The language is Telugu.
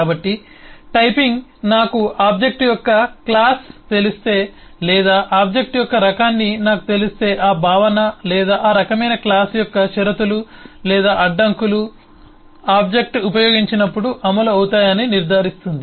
కాబట్టి టైపింగ్ నాకు ఆబ్జెక్ట్ యొక్క క్లాస్ తెలిస్తే లేదా ఆబ్జెక్ట్ యొక్క రకాన్ని నాకు తెలిస్తే ఆ భావన లేదా ఆ రకమైన క్లాస్ యొక్క షరతులు లేదా అడ్డంకులు ఆబ్జెక్ట్ ఉపయోగించినప్పుడు అమలు అవుతాయని నిర్ధారిస్తుంది